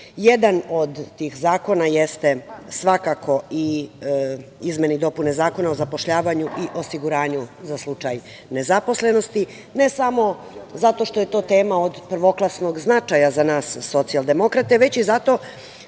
od tih zakona jesu izmene i dopune Zakona o zapošljavanju i osiguranju za slučaj nezaposlenosti, ne samo zato što je to tema od prvoklasnog značaja za nas Socijaldemokrate, već zato